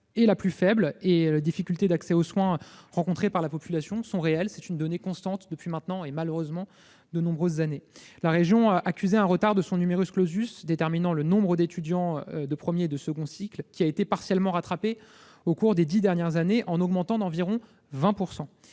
est la plus faible ; les difficultés d'accès aux soins rencontrés par la population y sont réelles. Cette situation dure malheureusement depuis de nombreuses années. La région accusait un retard de son déterminant le nombre d'étudiants de premier et de second cycles ; il a été partiellement rattrapé au cours des dix dernières années, le augmentant d'environ 20 %.